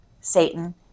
Satan